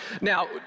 Now